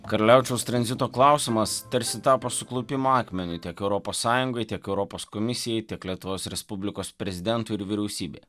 karaliaučiaus tranzito klausimas tarsi tapo suklupimo akmeniu tiek europos sąjungoj tiek europos komisijai tiek lietuvos respublikos prezidentui ir vyriausybėj